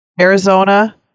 Arizona